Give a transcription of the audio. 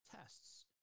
tests